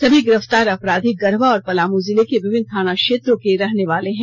सभी गिरफ्तार अपराधी गढ़वा और पलामू जिले के विभिन्न थाना क्षेत्रों के रहने वाले हैं